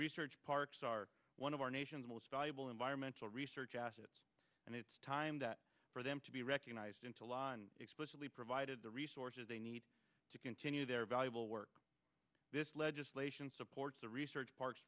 research parks are one of our nation's most valuable environmental research assets and it's time that for them to be recognized into law explicitly provided the resources they need to continue their valuable work this legislation supports the research parks